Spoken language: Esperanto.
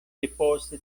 depost